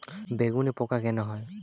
বেগুনে পোকা কেন হয়?